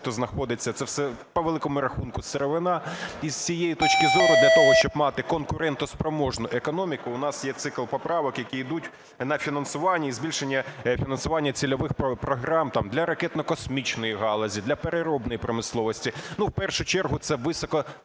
знаходиться. Це все, по великому рахунку, сировина. І з цієї точки зору для того, щоб мати конкурентоспроможну економіку, у нас є цикл поправок, які йдуть на фінансування і збільшення фінансування цільових програм для ракетно-космічної галузі, для переробної промисловості.